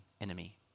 enemy